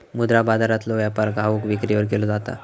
मुद्रा बाजारातलो व्यापार घाऊक विक्रीवर केलो जाता